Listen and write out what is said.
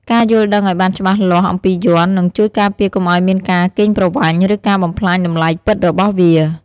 ការយល់ដឹងឱ្យបានច្បាស់លាស់អំពីយ័ន្ត នឹងជួយការពារកុំឱ្យមានការកេងប្រវ័ញ្ច ឬការបំផ្លាញតម្លៃពិតរបស់វា។